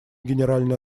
генеральная